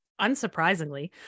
Unsurprisingly